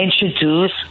introduce